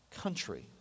country